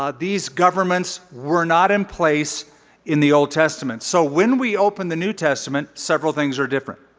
ah these governments were not in place in the old testament. so when we opened the new testament several things are different.